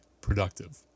productive